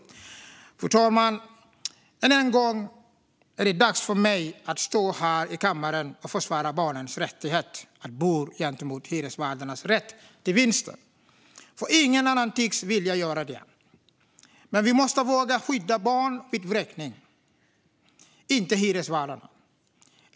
Fru talman! Än en gång är det dags för mig att stå här i kammaren och försvara barnens rätt att bo gentemot hyresvärdarnas rätt till vinster. För ingen annan tycks vilja göra det. Men vi måste våga skydda barnen vid vräkning - inte hyresvärdarna.